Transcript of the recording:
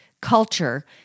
culture